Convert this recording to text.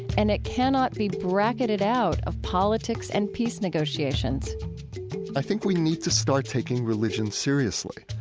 and it cannot be bracketed out of politics and peace negotiations i think we need to start taking religion seriously.